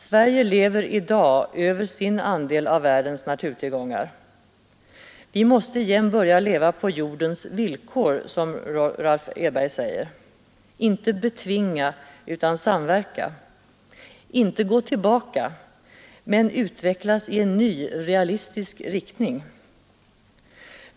Sverige lever i dag över sin andel av världens naturtillgångar. Vi måste igen börja leva på jordens villkor, som Rolf Edberg säger. Inte betvinga utan samverka, inte gå tillbaka men utvecklas i en ny, realistisk riktning.